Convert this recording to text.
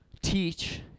teach